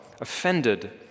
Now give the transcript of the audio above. offended